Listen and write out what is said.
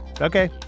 Okay